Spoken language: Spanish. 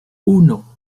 uno